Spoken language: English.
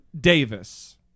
Davis